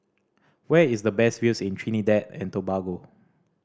where is the best views in Trinidad and Tobago